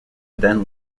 then